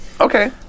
Okay